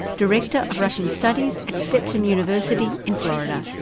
director of russian studies at stetson university in florida.